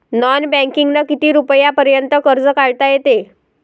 Non बँकिंगनं किती रुपयापर्यंत कर्ज काढता येते?